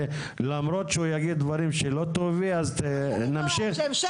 למרות שהוא יגיד דברים שלא תאהבי אז נמשיך דברים שהם שקר?